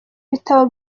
bitabo